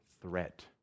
threat